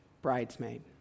Bridesmaid